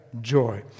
joy